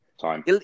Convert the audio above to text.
time